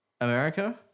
America